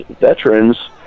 veterans